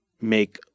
make